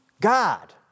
God